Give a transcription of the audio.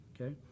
okay